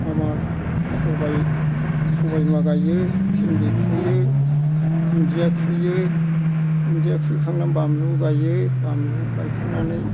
मामा सबाय सबाय बिमा गायो भेन्डि खुइयो दुनदिया खुइयो दुनदिया खुइखांना बानलु गायो बानलु गायखांनानै